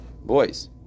boys